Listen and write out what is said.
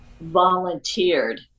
volunteered